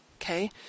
Okay